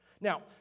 Now